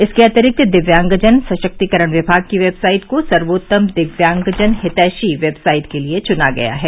इसके अतिरिक्त दिव्यांगजन सशक्तिकरण विमाग की वेबसाइट को सर्वोत्तम दिव्यांगजन हितैषी वेबसाइट के लिये चुना गया है